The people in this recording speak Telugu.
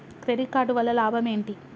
క్రెడిట్ కార్డు వల్ల లాభం ఏంటి?